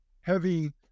heavy